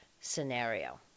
scenario